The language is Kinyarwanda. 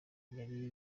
yari